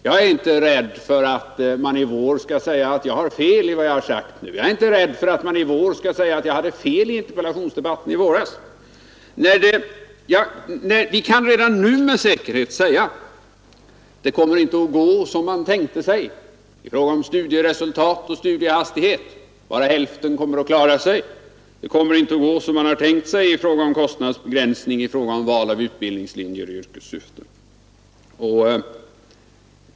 Jag är inte rädd för att man i vår skall säga att jag har fel i vad jag säger nu och att jag hade fel i interpellationsdebatten i våras. Vi kan redan nu med säkerhet säga: Det kommer inte att gå som man tänkte sig i fråga om studieresultat och studiehastighet. Bara hälften kommer att klara sig. Det kommer inte att gå som man hade tänkt sig beträffande kostnadsbegränsning och i fråga om val av utbildningslinjer i yrkessyfte.